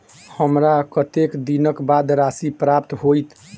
हमरा कत्तेक दिनक बाद राशि प्राप्त होइत?